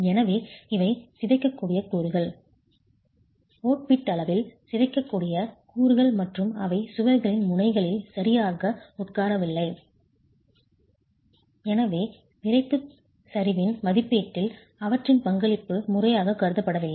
எனவே இவை சிதைக்கக்கூடிய கூறுகள் ஒப்பீட்டளவில் சிதைக்கக்கூடிய கூறுகள் மற்றும் அவை சுவர்களின் முனைகளில் சரியாக உட்காரவில்லை எனவே விறைப்பு சரிவின் மதிப்பீட்டில் அவற்றின் பங்களிப்பு முறையாகக் கருதப்படுவதில்லை